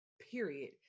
period